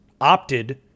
opted